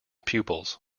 pupils